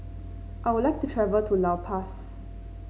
I would like to travel to La Paz